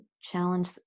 challenge